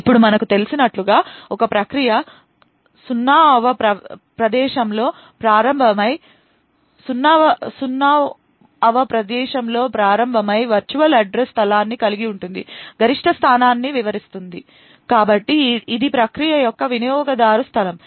ఇప్పుడు మనకు తెలిసినట్లుగా ఒక ప్రక్రియ 0వ ప్రదేశంలో ప్రారంభమై వర్చువల్ అడ్రస్ స్థలాన్ని కలిగి ఉంటుంది గరిష్ట స్థానాన్ని విస్తరిస్తుంది కాబట్టి ఇది ప్రక్రియ యొక్క వినియోగదారు స్థలం